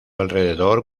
alrededor